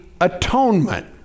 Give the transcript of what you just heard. atonement